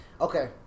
Okay